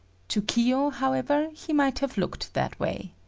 to kiyo, however, he might have looked that way.